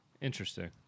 Interesting